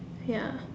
ya